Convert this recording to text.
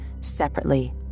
separately